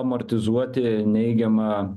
amortizuoti neigiamą